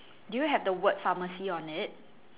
do have the word pharmacy on it